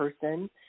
person